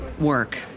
work